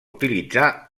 utilitzar